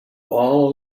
all